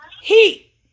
heat